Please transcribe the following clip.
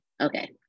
Okay